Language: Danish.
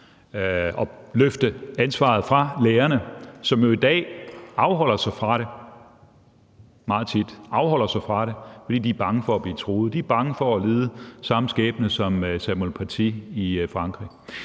og løfte ansvaret fra lærerne, som jo i dag meget tit afholder sig fra det, fordi de er bange for at blive truet, de er bange for at lide samme skæbne som Samuel Paty i Frankrig?